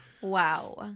wow